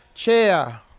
chair